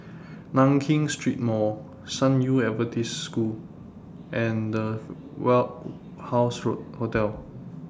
Nankin Street Mall San Yu Adventist School and The Warehouse Hotel